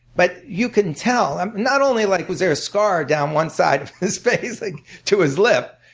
but you couldn't tell. not only like was there a scar down one side of his face like to his lip,